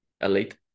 Elite